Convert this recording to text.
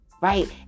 right